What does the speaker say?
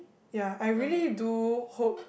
ya I really do hope